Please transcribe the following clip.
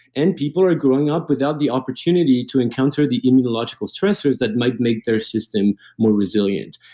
and people are growing up without the opportunity to encounter the immunological stressors that might make their system more resilient.